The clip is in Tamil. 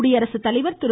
குடியரசு தலைவர் திரு